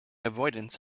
avoidance